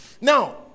Now